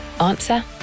Answer